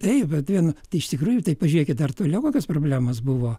taip bet vien tai iš tikrųjų tai pažiūrėkit dar toliau kokias problemos buvo